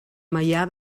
maià